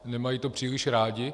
Nemají to příliš rádi.